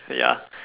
ya